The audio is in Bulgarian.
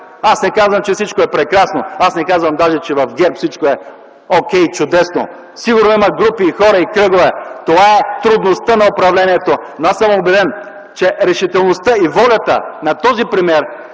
аз не казвам, че всичко е прекрасно, аз не казвам даже, че в ГЕРБ всичко е окей, чудесно. Сигурно има групи, хора и кръгове, това е трудността на управлението, но аз съм убеден, че решителността и волята на този премиер